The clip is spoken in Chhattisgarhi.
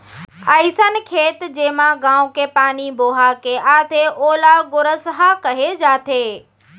अइसन खेत जेमा गॉंव के पानी बोहा के आथे ओला गोरसहा कहे जाथे